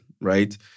right